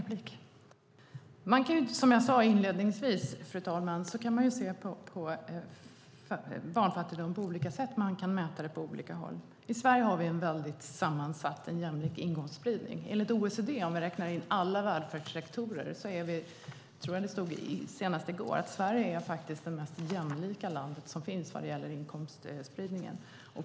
Fru talman! Som jag sade inledningsvis kan man se på barnfattigdom på olika sätt, och man kan mäta den på olika håll. I Sverige har vi en mycket jämlik inkomstspridning. Enligt OECD är vi, om man räknar in alla välfärdssektorer, det mest jämlika landet när det gäller inkomstspridning.